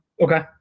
Okay